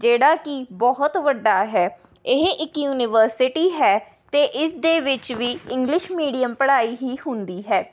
ਜਿਹੜਾ ਕਿ ਬਹੁਤ ਵੱਡਾ ਹੈ ਇਹ ਇੱਕ ਯੂਨੀਵਰਸਿਟੀ ਹੈ ਅਤੇ ਇਸ ਦੇ ਵਿੱਚ ਵੀ ਇੰਗਲਿਸ਼ ਮੀਡੀਅਮ ਪੜ੍ਹਾਈ ਹੀ ਹੁੰਦੀ ਹੈ